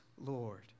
Lord